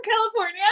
California